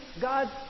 God